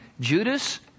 Judas